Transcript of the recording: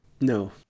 No